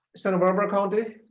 santa barbara county.